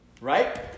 Right